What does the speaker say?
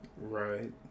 Right